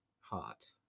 hot